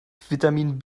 vitamin